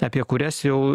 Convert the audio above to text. apie kurias jau